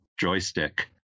joystick